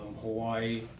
Hawaii